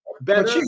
Better